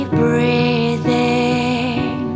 breathing